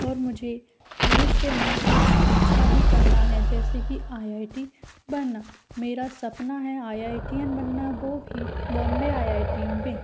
और मुझे भविष्य में कुछ अच्छा ही करना है जैसे की आई आई टी बनना मेरा सपना है आई आई टी अन बनना वो भी बॉम्बे आई आई टी में